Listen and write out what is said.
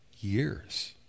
years